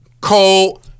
Cole